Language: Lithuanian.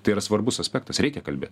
tai yra svarbus aspektas reikia kalbė